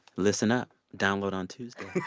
listen up. download on tuesday